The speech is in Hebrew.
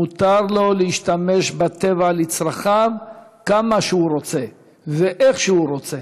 מותר לו להשתמש בטבע לצרכיו כמה שהוא רוצה ואיך שהוא רוצה.